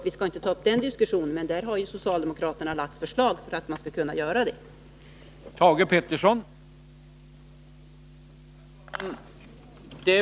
Vi skall inte ta upp den diskussionen här — jag vill bara säga att socialdemokraterna har lagt fram ett förslag om hur det skall gå till.